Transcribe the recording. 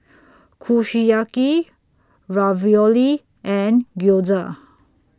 Kushiyaki Ravioli and Gyoza